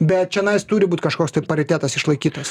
bet čionais turi būti kažkoks tai paritetas išlaikytas